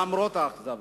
למרות האכזבה,